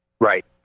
Right